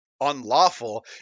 unlawful